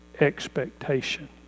expectation